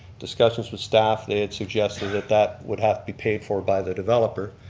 discussions with staff they had suggested that that would have to be paid for by the developer.